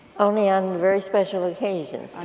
only on very special occassions.